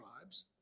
tribes